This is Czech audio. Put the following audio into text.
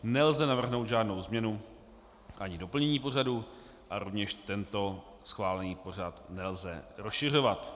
Nelze navrhnout žádnou změnu ani doplnění pořadu a rovněž tento schválený pořad nelze rozšiřovat.